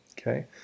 Okay